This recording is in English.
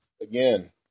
again